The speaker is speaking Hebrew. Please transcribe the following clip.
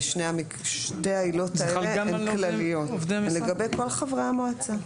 שתי העילות האלה הן כלליות לגבי כל חברי המועצה.